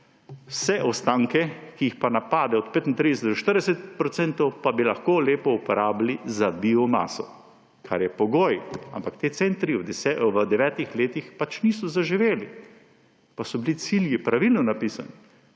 vse ostanke, ki pa odpadejo, od 35 do 40 procentov, pa bi lahko lepo uporabili za biomaso, kar je pogoj. Ampak ti centri v devetih letih pač niso zaživeli, pa so bili cilji pravilno napisani.